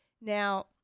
Now